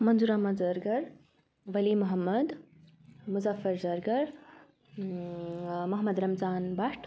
Manzoor Ahmad Zargar Wali Mohammad Muzaffar Zargar Mohammad Ramzan Bhat